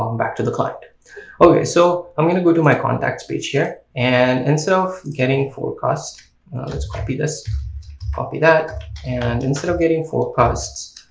um back to the client ok so i'm going to go to my contacts page here and instead and so of getting forecast let's copy this copy that and instead of getting forecasts